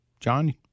John